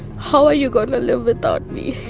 how are you going to live without me?